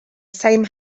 same